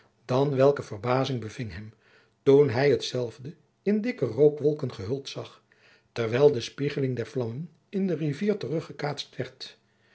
dan welke verbazing beving hem toen hij hetzelve in dikke rookwolken gehuld zag terwijl de spiegeling der vlammen in de rivier